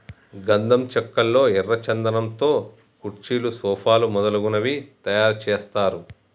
గంధం చెక్కల్లో ఎర్ర చందనం తో కుర్చీలు సోఫాలు మొదలగునవి తయారు చేస్తారు